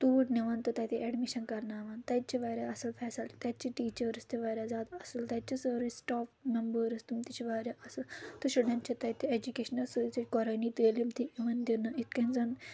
توٗرۍ نِوان تہٕ تَتہِ اَیٚڈمِشَن کَرناوان تَتہِ چھِ واریاہ اَصٕل فَیسَلٹی تَتہِ چھِ ٹیچٲرٕس تہِ واریاہ زیادٕ اَصٕل تَتہِ چھِ سٲرٕے سِٹَاف میٚمبٲرٕس تِم تہِ چھِ واریاہ اَصٕل تہٕ شُرؠن چھِ تَتہِ ایٚجُوکیشنَس سۭتۍ سۭتۍ قُۄرٲنی تعلیٖم تہِ یِوان دِنہٕ یِتھ کٔنۍ زَن